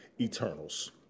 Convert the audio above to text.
Eternals